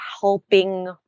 helping